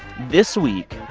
this week,